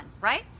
right